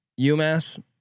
UMass